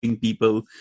people